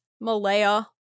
Malaya